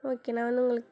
okay நானும் உங்களுக்கு